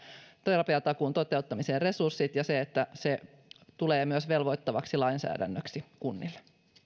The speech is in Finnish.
terapiatakuun toteuttamiseen resurssit ja se että se tulee myös velvoittavaksi lainsäädännöksi kunnille